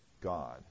God